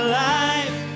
life